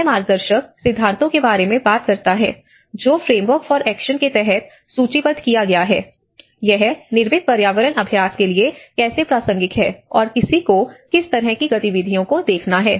यह मार्गदर्शक सिद्धांतों के बारे में बात करता है जो फ्रेमवर्क फोर एक्शन के तहत सूचीबद्ध किया गया है यह निर्मित पर्यावरण अभ्यास के लिए कैसे प्रासंगिक है और किसी को किस तरह की गतिविधियों को देखना है